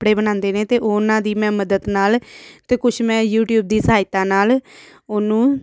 ਕੱਪੜੇ ਬਣਾਉਂਦੇ ਨੇ ਤਾਂ ਉਹਨਾਂ ਦੀ ਮੈਂ ਮਦਦ ਨਾਲ ਅਤੇ ਕੁਛ ਮੈਂ ਯੂਟੀਊਬ ਦੀ ਸਹਾਇਤਾ ਨਾਲ ਉਹਨੂੰ